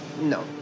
No